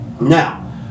now